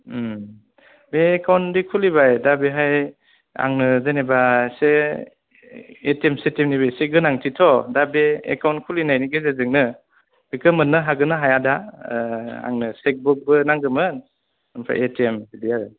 बे एकाउन्ट दि खुलिबाय दा बेहाय आंनो जेनेबा एसे एटिएम सेटिएम निबो एसे गोनांथि थ' दा बे एकाउन्ट खुलिनायनि गेजेरजोंनो बिखो मोननो हागोन ना हाया दा आंनो चेक बुकबो नांगोमोन ओमफ्राय एटिएम बिदि आरो